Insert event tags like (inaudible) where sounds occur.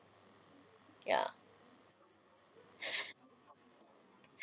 ya (laughs)